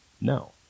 No